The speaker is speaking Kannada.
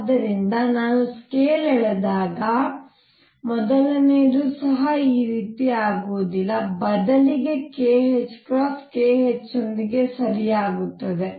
ಆದ್ದರಿಂದ ನಾನು ಸ್ಕೇಲ್ ಎಳೆದಾಗ ಮೊದಲನೆಯದು ಸಹ ಈ ರೀತಿ ಆಗುವುದಿಲ್ಲ ಬದಲಿಗೆ kℏ kh ಯೊಂದಿಗೆ ಸರಿಯಾಗಿರುತ್ತದೆ